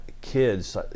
kids